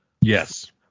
Yes